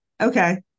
Okay